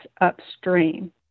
upstream